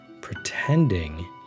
pretending